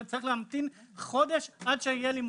לתת מה שהרבה יותר אנושי ונכון וההתאמה של השירותים